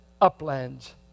uplands